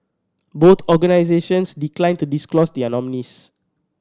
both organisations declined to disclose their nominees